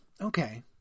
okay